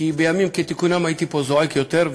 כי בימים כתיקונם הייתי זועק פה יותר,